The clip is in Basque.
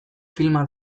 filma